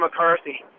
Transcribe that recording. McCarthy